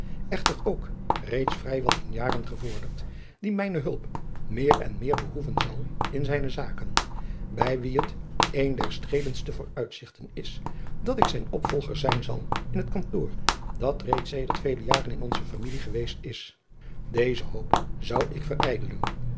echter ook reeds vrij wat in jaren gevorderd die mijne hulp meer en meer behoeven zal in zijne zaken bij wien het een der streelendste vooruitzigten is dat ik zijn opvolger zijn zal in het kantoor dat reeds sedert vele jaren in onze familie geweest is deze hoop zou ik